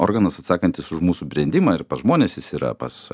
organas atsakantis už mūsų brendimą ir pas žmones jis yra pas